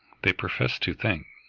they profess to think,